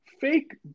fake